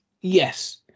Yes